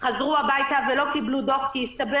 חזרו הביתה ולא קיבלו דו"ח כי הסתבר